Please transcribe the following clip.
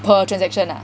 per transaction ah